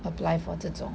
apply for 这种